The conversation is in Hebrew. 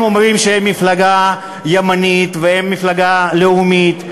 אומרים שהם מפלגה ימנית והם מפלגה לאומית,